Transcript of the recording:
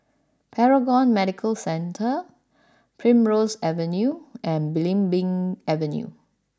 Paragon Medical Centre Primrose Avenue and Belimbing Avenue